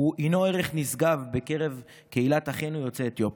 הינו ערך נשגב בקרב קהילת אחינו יוצאי אתיופיה.